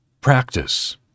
Practice